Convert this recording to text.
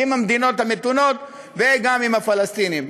עם המדינות המתונות, וגם עם הפלסטינים.